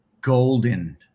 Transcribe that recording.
golden